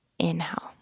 Inhale